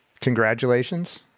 congratulations